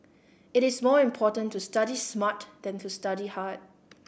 it is more important to study smart than to study hard